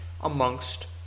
amongst